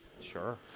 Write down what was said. Sure